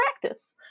practice